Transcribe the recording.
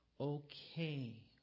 okay